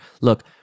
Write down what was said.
look